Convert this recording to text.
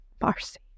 Marcy